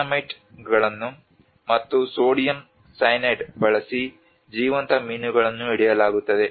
ಡೈನಮೈಟ್ಗಳನ್ನು ಮತ್ತು sodium cyanide ಬಳಸಿ ಜೀವಂತ ಮೀನುಗಳನ್ನು ಹಿಡಿಯಲಾಗುತ್ತದೆ